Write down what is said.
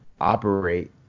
operate